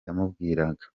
yamubwiraga